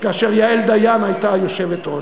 כאשר יעל דיין הייתה היושבת-ראש.